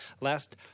last